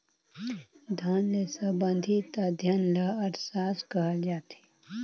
धन ले संबंधित अध्ययन ल अर्थसास्त्र कहल जाथे